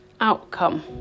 outcome